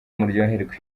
muryoherwe